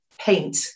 paint